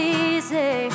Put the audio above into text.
easy